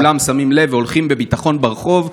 כולם שמים לב והולכים בביטחון ברחוב,